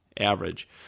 Average